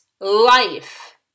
life